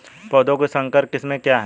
पौधों की संकर किस्में क्या हैं?